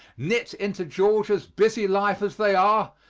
knit into georgia's busy life as they are,